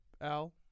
Al